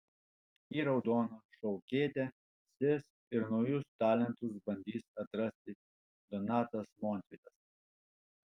į raudoną šou kėdę sės ir naujus talentus bandys atrasti donatas montvydas